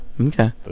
Okay